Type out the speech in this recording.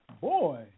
Boy